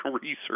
research